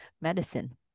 medicine